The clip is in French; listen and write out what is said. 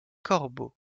corbeau